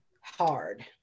hard